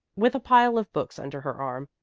with a pile of books under her arm,